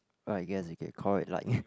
or I guess you could call it like